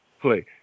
play